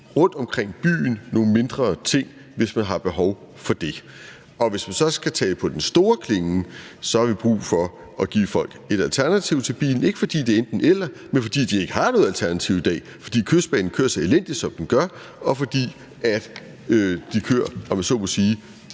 rundt omkring byen, altså nogle mindre ting, hvis man har behov for det. Og hvis man så skal tage det på den store klinge, har vi brug for at give folk et alternativ til bilen. Ikke fordi det er enten-eller, men fordi de ikke har noget alternativ i dag, fordi Kystbanen kører så elendigt, som den gør, og fordi S-togene kun, om man så må sige,